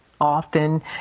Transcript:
Often